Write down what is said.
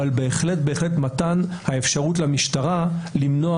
אבל בהחלט בהחלט מתן האפשרות למשטרה למנוע